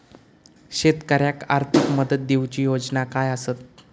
शेतकऱ्याक आर्थिक मदत देऊची योजना काय आसत?